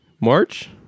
March